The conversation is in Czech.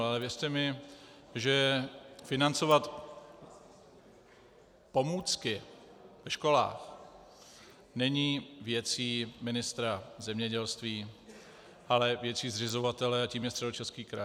Ale věřte mi, že financovat pomůcky ve školách není věcí ministra zemědělství, ale věcí zřizovatele a tím je Středočeský kraj.